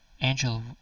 angel